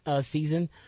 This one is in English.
season